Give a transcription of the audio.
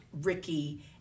Ricky